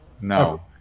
No